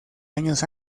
años